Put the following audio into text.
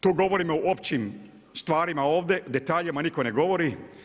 Tu govorimo o općim stvarima ovdje, o detaljima nitko ne govori.